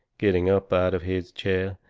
getting up out of his chair,